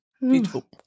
beautiful